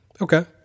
Okay